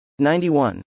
91